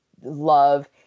love